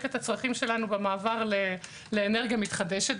את הצרכים שלנו במעבר לאנרגיה מתחדשת.